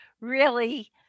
really-